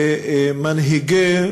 מנהיגי,